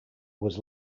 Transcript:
was